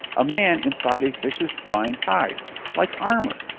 a man inside a fish's spined hide like armor!